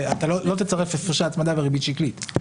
אתה לא תצרף הפרשי הצמדה וריבית שקלית.